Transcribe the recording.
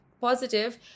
positive